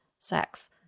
sex